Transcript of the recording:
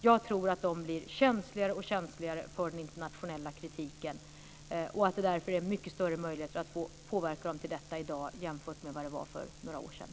Jag tror att de blir allt känsligare för den internationella kritiken och att det därför finns mycket större möjligheter i dag att påverka dem till detta jämfört med för några år sedan.